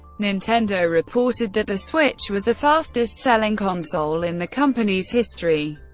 nintendo reported that the switch was the fastest-selling console in the company's history,